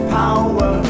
power